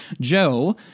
Joe